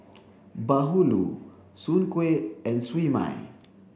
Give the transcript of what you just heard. Bahulu Soon Kueh and Siew Mai